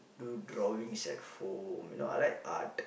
do drawings at home you know I like art